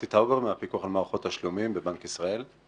הפיקוח על מערכות תשלומים בבנק ישראל.